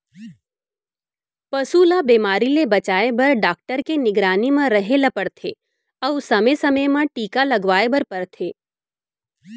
पसू ल बेमारी ले बचाए बर डॉक्टर के निगरानी म रहें ल परथे अउ समे समे म टीका लगवाए बर परथे